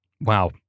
Wow